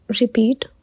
Repeat